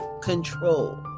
control